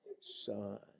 Son